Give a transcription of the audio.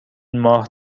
ماه